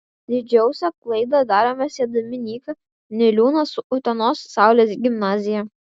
didžiausią klaidą darome siedami nyką niliūną su utenos saulės gimnazija